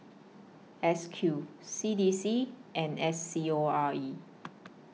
S Q C D C and S C O R E